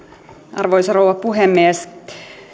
arvoisa rouva puhemies